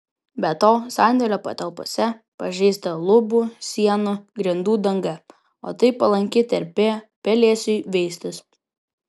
be to sandėlio patalpose pažeista lubų sienų grindų danga o tai palanki terpė pelėsiui veistis